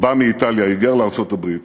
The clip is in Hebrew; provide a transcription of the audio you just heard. בא מאיטליה, היגר לארצות-הברית,